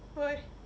why